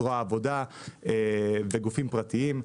זרוע העבודה וגופים פרטיים,